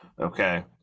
Okay